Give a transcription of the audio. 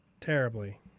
Terribly